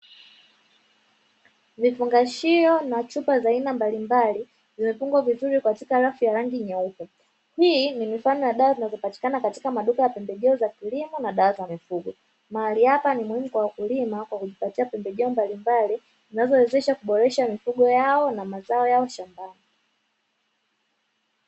Vifungashio na chupa za aina mbalimbali, zimefungwa vizuri katika rafu ya rangi nyeupe, hii ni mifano ya dawa zinazopatikana katika maduka ya dawa za kilimo na pembejeo za mifugo, mahali hapa ni muhimu kwa wakulima kwa kujipatia pembejeo mbalimbali, zinazowawezesha kuboresha mifugo yao na mazao yao shambani.